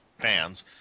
fans